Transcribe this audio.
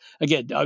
again